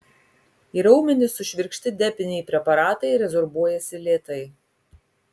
į raumenis sušvirkšti depiniai preparatai rezorbuojasi lėtai